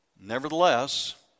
nevertheless